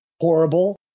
Horrible